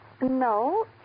No